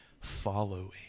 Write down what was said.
following